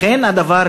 לכן הדבר,